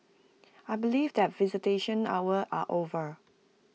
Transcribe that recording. I believe that visitation hours are over